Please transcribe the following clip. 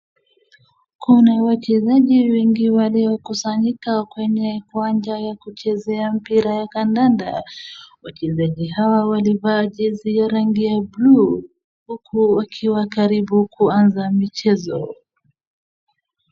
Kuna wachezaji wengi waliokusanyika kwenye uwanja wa kuchezea mpira ya kandanda, wachezaji hawa walivaa jezi ya rangi ya buluu huku wakiwa karibu kuanza michezo.